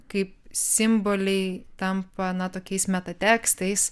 kaip simboliai tampa na tokiais metatekstais